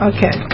Okay